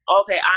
Okay